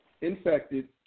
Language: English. infected